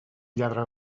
lladra